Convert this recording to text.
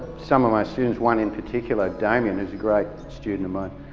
some of my students, one in particularly damien is a great student of mine.